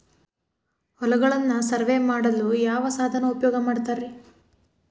ಹೊಲಗಳನ್ನು ಸರ್ವೇ ಮಾಡಲು ಯಾವ ಸಾಧನ ಉಪಯೋಗ ಮಾಡ್ತಾರ ರಿ?